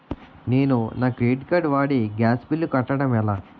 నేను నా credit card వాడి గ్యాస్ బిల్లు కట్టడం ఎలా?